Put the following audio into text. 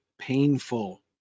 painful